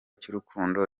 cy’urukundo